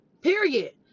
period